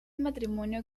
matrimonio